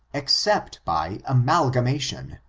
except by amalgamation,